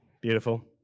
Beautiful